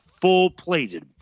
full-plated